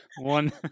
one